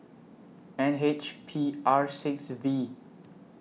N H P R six V